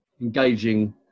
engaging